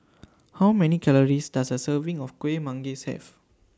How Many Calories Does A Serving of Kuih Manggis Have